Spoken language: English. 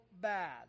bad